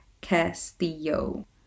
Castillo